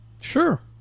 Sure